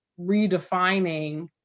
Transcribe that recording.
redefining